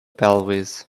pelvis